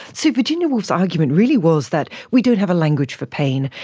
so virginia woolf's argument really was that we don't have a language for pain,